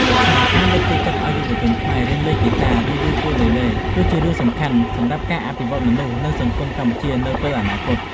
ដូច្នេះ ការលើកទឹកចិត្តឲ្យយុវជនខ្មែរ រៀនលេងហ្គីតា ឬ យូគូលេលេ គឺជារឿងសំខាន់សម្រាប់ការអភិវឌ្ឍមនុស្ស និងសង្គមកម្ពុជា នៅពេលអនាគត។